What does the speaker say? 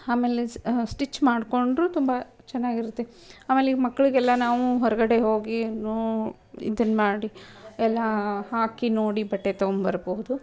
ಆಮೇಲೆ ಸ್ಟಿಚ್ ಮಾಡ್ಕೊಂಡರೂ ತುಂಬ ಚೆನ್ನಾಗಿರುತ್ತೆ ಆಮೇಲೆ ಈಗ ಮಕ್ಕಳಿಗೆಲ್ಲ ನಾವು ಹೊರಗಡೆ ಹೋಗಿ ನೋ ಇದನ್ನು ಮಾಡಿ ಎಲ್ಲ ಹಾಕಿ ನೋಡಿ ಬಟ್ಟೆ ತಗೊಂಡ್ಬರ್ಬಹುದು